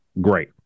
great